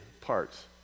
parts